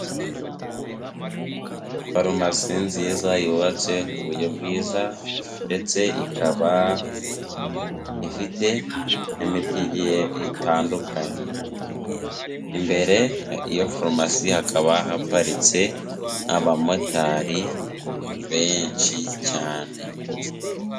Farumasi nziza yubatse ku buryo bwiza ndetse ikaba ifite imiti igiye itandukanye, imbere y'iyo farumasi hakaba haparitse abamotari benshi cyane.